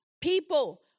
people